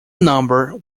number